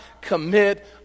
commit